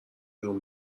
بیرون